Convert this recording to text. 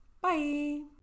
Bye